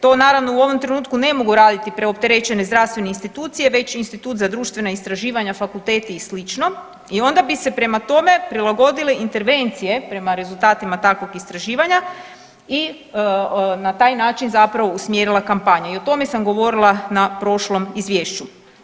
To naravno u ovom trenutku ne mogu raditi preopterećene zdravstvene institucije već institut za društvena istraživanja, fakulteti i slično i onda bi se prema tome prilagodile intervencije prema rezultatima takvog istraživanja i na taj način zapravo usmjerila kampanja i o tome sam govorila na prošlom izvješću.